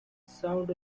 sound